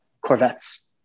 Corvettes